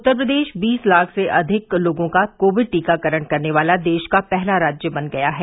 उत्तर प्रदेश बीस लाख से अधिक लोगों का कोविड टीकाकरण करने वाला देश का पहला राज्य बन गया है